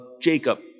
Jacob